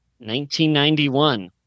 1991